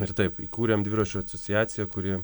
ir taip įkūrėm dviračių acociaciją kuri